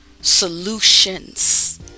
solutions